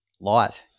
Light